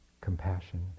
compassion